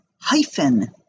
hyphen